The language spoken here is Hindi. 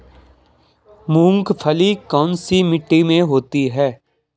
मूंगफली कौन सी मिट्टी में होती है?